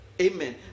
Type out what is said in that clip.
amen